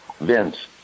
Vince